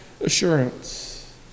assurance